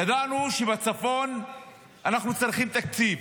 ידענו שבצפון אנחנו צריכים תקציב